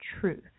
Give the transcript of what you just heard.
truth